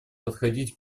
подходить